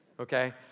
okay